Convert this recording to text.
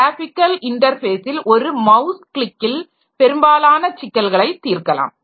graphical இன்டர்ஃபேஸில் ஒரு mouse கிளிக்கில் பெரும்பாலான சிக்கல்களைத் தீர்க்கலாம்